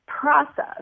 process